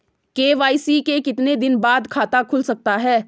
KYC के कितने दिन बाद खाता खुल सकता है?